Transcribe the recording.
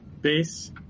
base